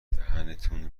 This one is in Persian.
دهنتون